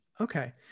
okay